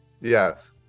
Yes